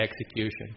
execution